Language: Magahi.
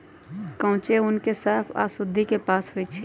कांचे ऊन के साफ आऽ शुद्धि से पास होइ छइ